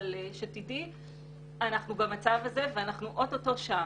אבל שאני אדע שהם במצב הזה והם אוטוטו שם.